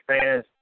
fans